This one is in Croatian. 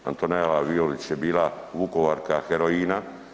Antonela Violić je bila Vukovarka, heroina.